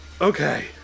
Okay